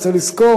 צריך לזכור